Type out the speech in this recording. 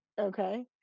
Okay